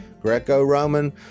Greco-Roman